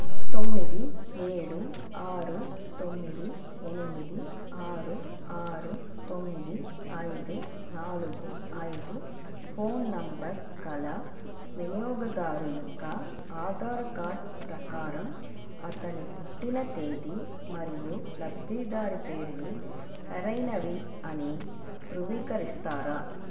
తొమ్మిది ఏడు ఆరు తొమ్మిది ఎనిమిది ఆరు ఆరు తొమ్మిది ఐదు నాలుగు ఐదు ఫోన్ నంబర్ గల వినియోగదారు యొక్క ఆధార్ కార్డు ప్రకారం అతని పుట్టిన తేది మరియు లబ్ధిదారు పేరుని సరైనవి అని ధృవీకరిస్తారా